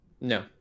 No